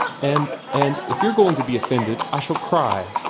and and if you're going to be offended i shall cry!